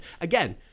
Again